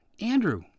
Andrew